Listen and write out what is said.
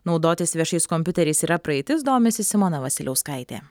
naudotis viešais kompiuteriais yra praeitis domisi simona vasiliauskaitė